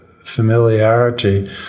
familiarity